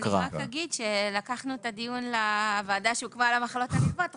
אני רק אגיד שלקחנו את הדיון לוועדה שהוקמה למחלות הנלוות,